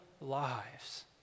lives